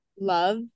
love